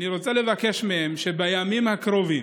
אני רוצה לבקש מהם: בימים הקרובים